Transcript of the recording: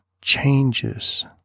changes